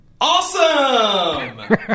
Awesome